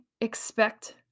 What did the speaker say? expect